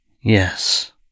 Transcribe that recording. Yes